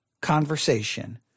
conversation